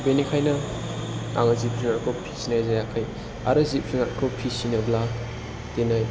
बेनिखायनो आं जिब जुनारखौ फिसिनाय जायाखै आरो जिब जुनारखौ फिसिनोब्ला दिनै